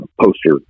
poster